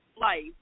Life